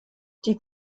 die